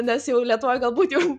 nes jau lietuvoj galbūt jau